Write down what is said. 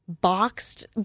boxed